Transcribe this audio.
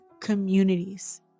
communities